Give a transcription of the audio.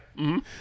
-hmm